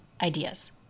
ideas